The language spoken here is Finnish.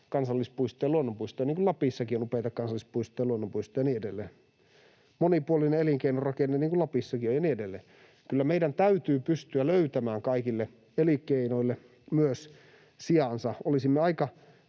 kansallispuistoja ja luonnonpuistoja ja niin edelleen, monipuolinen elinkeinorakenne niin kuin Lapissakin on ja niin edelleen. Kyllä meidän täytyy pystyä löytämään kaikille elinkeinoille myös sijansa.